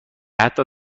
حتی